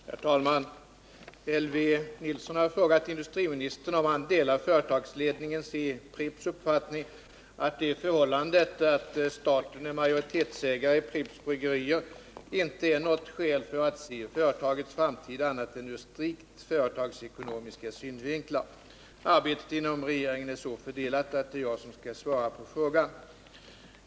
Herr talman! Elvy Nilsson har frågat industriministern om han delar företagsledningens i Pripps uppfattning att det förhållande att staten är majoritetsägare i Pripps Bryggerier inte är något skäl att se företagets framtid annat än ur strikt företagsekonomiska synvinklar. Arbetet inora regeringen är så fördelat att det är jag som skall svara på frågan.